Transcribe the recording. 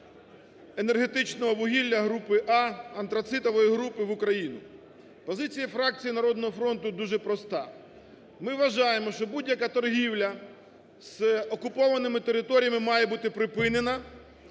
енергетичного вугілля групи "А", антрацитової групи, в Україну. Позиція фракції "Народного фронту" дуже проста. Ми вважаємо, що будь-яка торгівля з окупованими територіями має бути припинена,